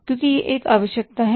क्योंकि वह एक आवश्यकता है